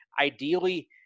ideally –